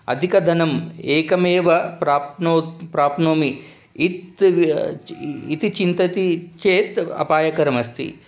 अधिकधनम् एकमेव प्राप्नो प्राप्नोमि इति इति चिन्तयति चेत् अपायकरमस्ति